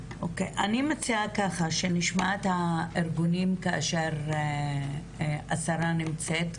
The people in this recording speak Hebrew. אני מציעה שנשמע את הארגונים כאשר השרה נמצאת,